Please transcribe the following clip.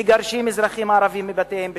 מגרשים אזרחים ערבים מבתיהם בשיח'-ג'ראח,